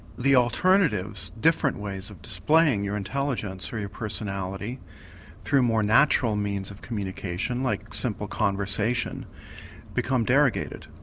the alternatives, different ways of displaying your intelligence or your personality through more natural means of communication like simple conversation become derogated.